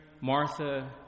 Martha